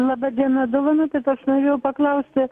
laba diena dovanokit aš norėjau paklausti